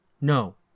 No